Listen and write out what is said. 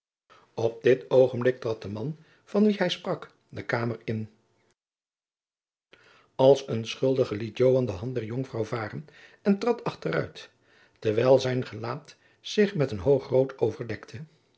op dit oogenblik trad de man van wien hij sprak de kamer in als een schuldige liet joan de hand der jonkvrouw varen en trad achteruit terwijl zijn gelaat zich met een hoog rood overdekte